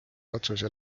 otsuse